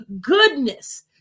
goodness